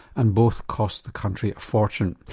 and both cost the country a fortune.